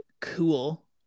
cool